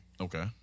okay